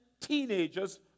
teenagers